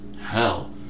Hell